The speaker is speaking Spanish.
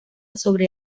sobre